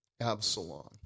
Absalom